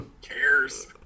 Cares